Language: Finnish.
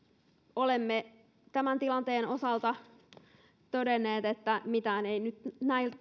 olemme tämän tilanteen osalta todenneet että mitään ei nyt näiltä